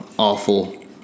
awful